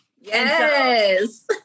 Yes